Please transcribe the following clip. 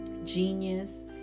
genius